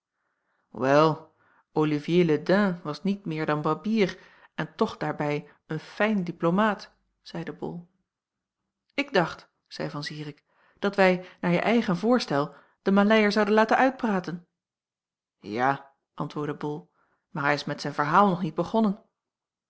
wel olivier le dain was niet meer dan barbier en toch daarbij een fijne diplomaat zeide bol ik dacht zeî van zirik dat wij naar je eigen voorstel den maleier zouden laten uitpraten ja antwoordde bol maar hij is met zijn verhaal nog niet begonnen